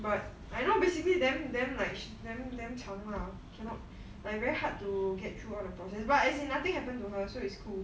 but I know basically damn damn like damn damn 常 lah cannot like very hard to get throughout the process but as in nothing happened to her so it's cool